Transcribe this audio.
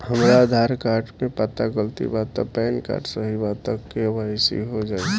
हमरा आधार कार्ड मे पता गलती बा त पैन कार्ड सही बा त के.वाइ.सी हो जायी?